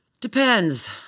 Depends